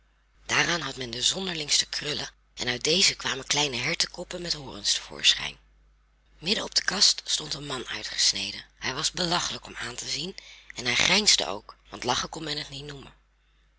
daaraan had men de zonderlingste krullen en uit deze kwamen kleine hertekoppen met horens te voorschijn midden op de kast stond een man uitgesneden hij was belachelijk om aan te zien en hij grijnsde ook want lachen kon men het niet noemen